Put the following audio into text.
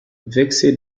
vexé